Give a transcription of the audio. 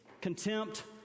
contempt